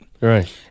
Right